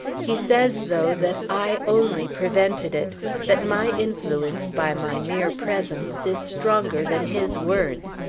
he says, though, that i only prevented it that my influence, by my mere presence, is stronger than his words.